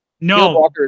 No